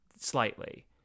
slightly